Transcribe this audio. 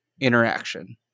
interaction